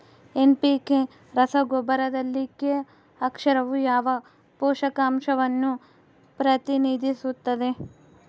NPK ರಸಗೊಬ್ಬರದಲ್ಲಿ K ಅಕ್ಷರವು ಯಾವ ಪೋಷಕಾಂಶವನ್ನು ಪ್ರತಿನಿಧಿಸುತ್ತದೆ?